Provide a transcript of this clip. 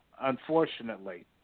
unfortunately